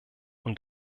und